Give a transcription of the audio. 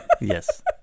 yes